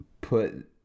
put